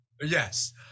yes